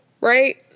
right